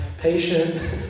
patient